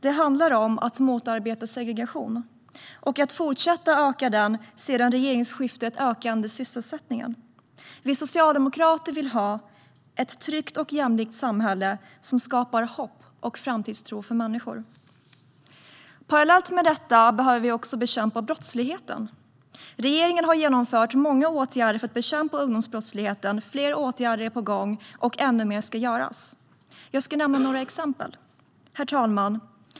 Det handlar om att motarbeta segregation och att fortsätta öka den sedan regeringsskiftet ökande sysselsättningen. Vi socialdemokrater vill ha ett tryggt och jämlikt samhälle som skapar hopp och framtidstro för människor. Parallellt med detta behöver vi också bekämpa brottsligheten. Regeringen har vidtagit många åtgärder för att bekämpa ungdomsbrottsligheten. Fler åtgärder är på gång, och ännu mer ska göras. Herr talman! Jag ska nämna några exempel.